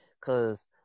cause